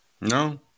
No